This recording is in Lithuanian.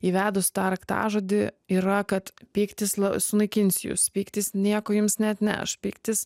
įvedus tą raktažodį yra kad pyktis sunaikins jus pyktis nieko jums neatneš pyktis